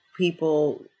people